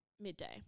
midday